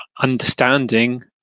understanding